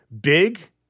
big